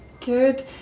Good